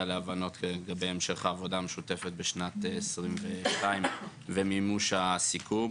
להבנות לגבי המשך העבודה המשותפת בשנת 22' ומימוש הסיכום.